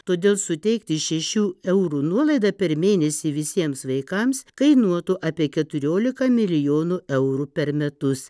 todėl suteikti šešių eurų nuolaidą per mėnesį visiems vaikams kainuotų apie keturiolika milijonų eurų per metus